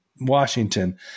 Washington